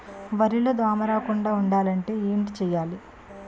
వరిలో దోమ రాకుండ ఉండాలంటే ఏంటి చేయాలి?